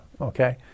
Okay